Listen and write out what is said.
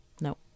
No